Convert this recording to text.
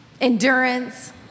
endurance